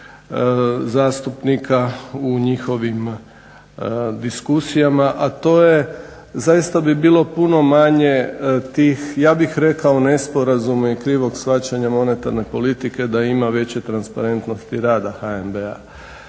drugih zastupnika u njihovim diskusijama, a to je zaista bi bilo puno manje tih ja bih rekao nesporazuma i krivog shvaćanja monetarne politike da ima veće transparentnosti rada HNB-a.